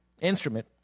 instrument